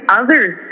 others